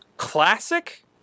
classic